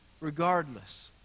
regardless